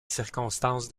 circonstances